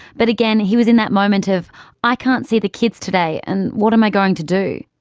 but again he was in that moment of i can't see the kids today and what am i going to do?